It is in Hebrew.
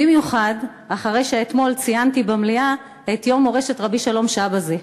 במיוחד אחרי שאתמול ציינתי במליאה את יום מורשת רבי שלום שבזי.